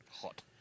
Hot